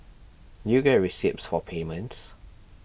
do you get receipts for payments